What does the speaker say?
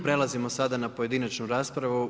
Prelazimo sada na pojedinačnu raspravu.